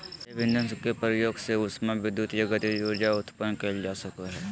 जैव ईंधन के प्रयोग से उष्मा विद्युत या गतिज ऊर्जा उत्पन्न कइल जा सकय हइ